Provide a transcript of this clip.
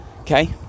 Okay